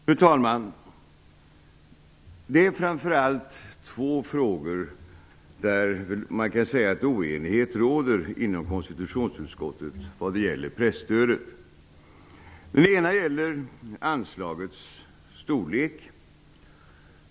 Fru talman! I konstitutionsutskottet råder det oenighet om framför allt två frågor när det gäller presstödet. Den ena gäller anslagets storlek.